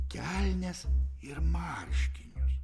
kelnes ir marškinius